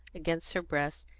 against her breast,